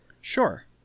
Sure